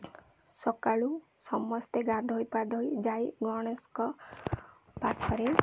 ସକାଳୁ ସମସ୍ତେ ଗାଧୋଇ ପାଧୋଇ ଯାଇ ଗଣେଶଙ୍କ ପାଖରେ